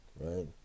right